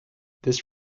this